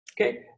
okay